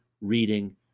reading